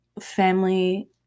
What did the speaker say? family